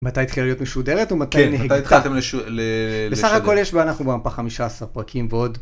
מתי התחילה להיות משודרת, או מתי נהייתה? כן מתי התחלתם ל... בסך הכל יש ואנחנו במפה 15 פרקים פה עוד.